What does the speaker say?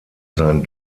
sein